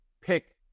pick